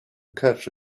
catch